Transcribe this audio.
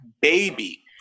baby